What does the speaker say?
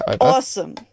awesome